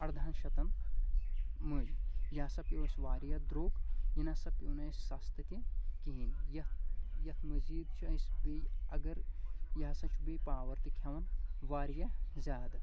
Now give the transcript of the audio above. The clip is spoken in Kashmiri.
اردہن شیٚتن مٔلۍ یہِ ہسا پٮ۪وٚو اسہِ واریاہ درٛوگ یہِ نسا پیٚوٚو نہٕ اسہِ سستہٕ تہِ کہیٖنۍ یتھ یتھ مٔزیٖد چھ اسہِ گٔیے یہِ ہسا چھُ بیٚیہِ پاور تہِ کھٮ۪وان واریاہ زیادٕ